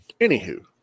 Anywho